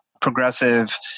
progressive